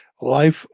life